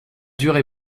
dure